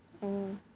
oh